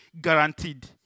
guaranteed